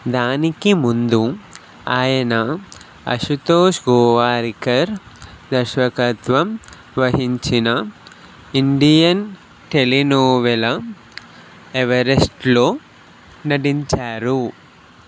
దానికి ముందు ఆయన అశుతోష్ గోవారికర్ దర్శకత్వం వహించిన ఇండియన్ టెలినోవెలా ఎవరెస్ట్లో నటించారు